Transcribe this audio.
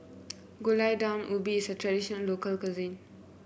Gulai Daun Ubi is a tradition local cuisine